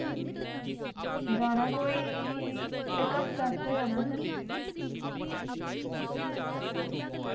जाना कोई इक हफ्ते आस्तै जाना असैं